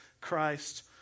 Christ